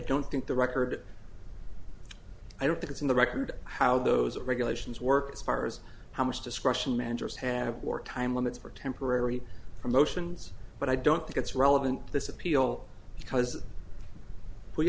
don't think the record i don't think it's in the record how those regulations work as far as how much discretion managers have or time limits for temporary for motions but i don't think it's relevant to this appeal because we